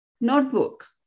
notebook